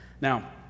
Now